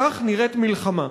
כך נראית מלחמה.